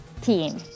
team